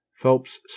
Phelps